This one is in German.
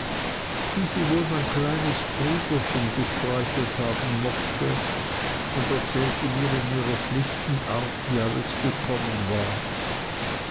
wie sie wohl mein kleines brüderchen gestreichelt haben mochte und erzählte mir in ihrer schlichten art wie alles gekommen war